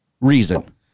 reason